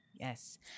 Yes